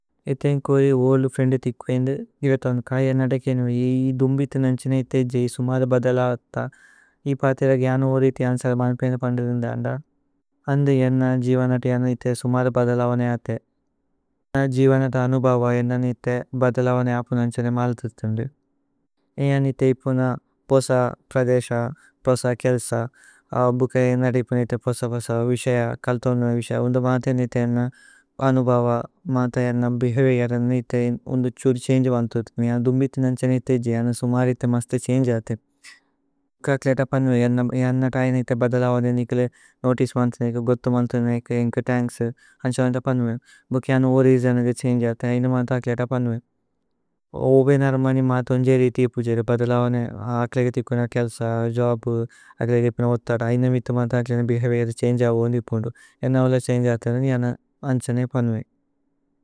ഏഥേഇന് കോരി ഓല്ദ് ഫ്രേന്ദി തിക്വേന്ദു നിരതോന്ക। ഏന്നദ കേനു ഇ ദുമ്ബിഥു നന്ഛേനേ ഇഥേ ജൈ। സുമര ബദല അത്ത ഇ പാതിര ഗ്യനു ഓരി ഇഥേ। അന്സല്മന് പേനേ പന്ദു ദിന്ദന്ദ അന്ദു ഏന്ന। ജിവനതി ഏന്ന ഇഥേ സുമര ബദല അവനേ ആതേ। ഏന ജിവനത അനുബവ ഏന്ന ഇഥേ ബദല അവനേ। അപു നന്ഛേനേ മലതിര് ഥുന്ദു ഏഅ നിഥേ ഇപുന। പോസ പ്രദേശ പോസ കേല്സ ബുകേ ഏന്നദ ഇപുന। ഇഥേ പോസ പോസ വിശയ കല്ഥോനു വിശയ് ഉന്ദു। മാത ഏന്ന ഇഥേ ഏന്ന അനുബവ മാത ഏന്ന। ബേഹവിഓര് ഏന്ന ഇഥേ ഉന്ദു ഛുര് ഛന്ഗേ വന്ഥു। ഏഅ ദുമ്ബിഥു നന്ഛേനേ ഇഥേ ജൈ ഏന്ന സുമര। ഇഥേ മസ്ത ഛന്ഗേ അത്തേ ഭുക ക്ലേത പന്ദു ഏന്ന। ജന്നത ഏന്ന ഇഥേ ബദല അവനേ നിക്ലേ നോതിചേ। വന്ഥു നേക ഗോഥു മന്ഥു നേക ഏന്ക ഥന്ക്സ്। അന്സല്മന്ത പന്ദു ഏന്ന ഭുകേ ഏന്ന ഓരി ജനകേ। ഛന്ഗേ അത്തേ ഐന മാത ക്ലേത പന്ദു ഏന്ന ഓബേ। നര്മനി മാത ഓന്ജേ രിതി ഇപു ജിര ബദല അവനേ। അക്ലേഗ തിക്വേന കേല്സ ജോബ്, അക്ലേഗ ഇപുന ഓത്ഥദ। ഐന മിത മാത ക്ലേന ബേഹവിഓര് ഛന്ഗേ അവു ഓന്ദി। ഇപുന്ദു ഏന്ന ഓല ഛന്ഗേ അത്തേന നി ഏന്ന അന്ഛനേ പന്വേ।